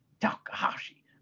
Takahashi